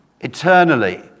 eternally